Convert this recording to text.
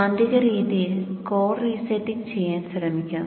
കാന്തിക രീതിയിൽ core resetting ചെയ്യാൻ ശ്രമിക്കാം